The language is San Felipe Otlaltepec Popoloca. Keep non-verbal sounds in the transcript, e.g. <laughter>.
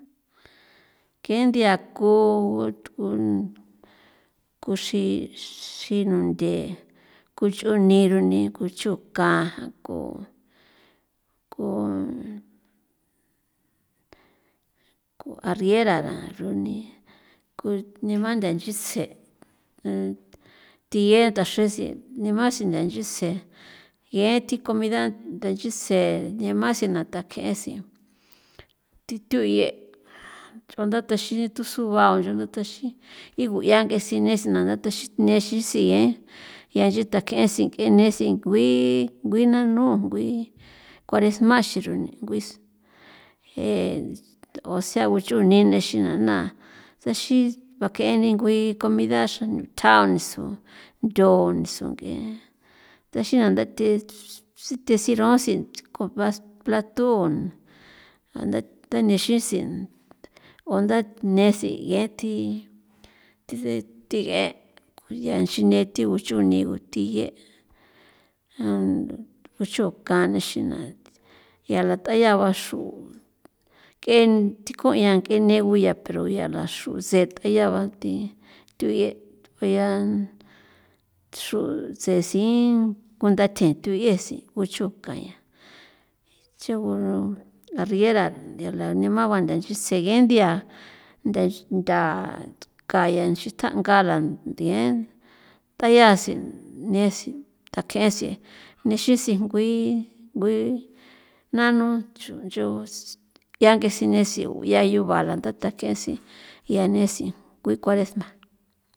Ke nthia ku <hesitation> ku xri xi nunthe ku chuni runi kuchukan ku ku ku arriera ra runi ko nema ntha nchitse thi en nda sixe nema xintha nchitse gue thi comida ntha nchitse nema xina takjesi thi thuye runda taxi tusua runda taxin tiguya ng'e sinese na nda taxi nixi siye ya nchi takesi ng'esi ngui ngui nanu ngui kuaresma xiruni nguis e osea guchunena nixi na taxi bak'eni ngui comida xan ntja nisu ntho nisu ng'e taxina ndathe thi sirosi kobas platun nda ndanesixi o ndanesi yenti tisen thi guen ya xin neti o chuni o tiye' o chukan na nixina ya la t'aya baxru nk'e thi kon 'ian ng'e ne' guya pero ya la xro seteya ba thi thuye' guyan xru tsesin kundathen tuyesin o chukan ya che nguro arriera la nemeba ntha nchitse genthia ntha kaya nchin ntja' ngalan nthien tayasin nesi thjakesi nixi singui ngui nanu ncho nchu yank'e sinesi uyayu bala ndatakesi yanesi ngui kuaresma.